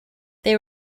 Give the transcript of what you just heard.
they